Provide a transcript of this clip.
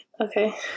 Okay